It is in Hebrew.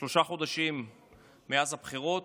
שלושה חודשים מאז הבחירות.